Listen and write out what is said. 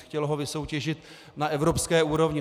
Chtělo ho vysoutěžit na evropské úrovni.